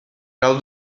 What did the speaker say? cal